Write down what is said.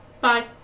Bye